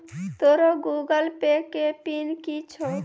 तोरो Google Pay के PIN कि छौं?